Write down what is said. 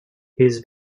his